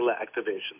activation